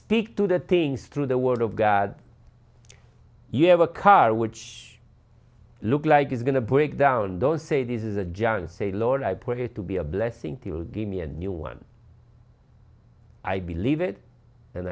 speak to the things through the word of god you have a car which looks like it's going to break down don't say this is a giant say lord i pray to be a blessing to give me a new one i believe it and